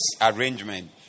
arrangement